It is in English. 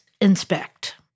inspect